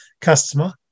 customer